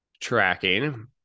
Tracking